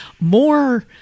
more